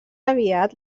aviat